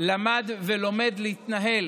למד ולומד להתנהל